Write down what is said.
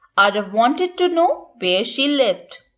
aarav wanted to know where she lived.